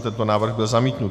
Tento návrh byl zamítnut.